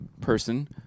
person